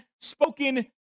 spoken